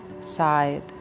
side